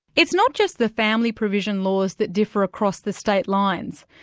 it's not just the family provision laws that differ across the state lines,